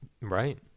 Right